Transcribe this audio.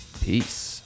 Peace